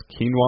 Quinoa